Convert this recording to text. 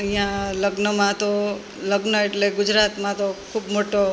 અહિયાં લગ્નમાં તો લગ્ન એટલે ગુજરાતમાં તો ખૂબ મોટો